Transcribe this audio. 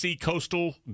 Coastal